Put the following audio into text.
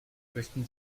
möchten